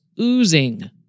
oozing